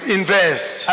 invest